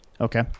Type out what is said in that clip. Okay